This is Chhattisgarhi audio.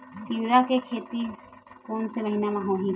तीवरा के खेती कोन से महिना म होही?